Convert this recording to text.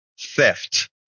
theft